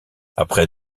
après